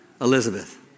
Elizabeth